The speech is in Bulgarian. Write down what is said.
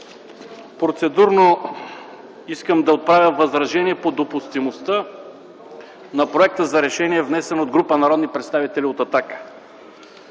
Процедурно искам да отправя възражение по допустимостта на Проекта за решение, внесен от група народни представители от „Атака”.